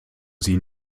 sie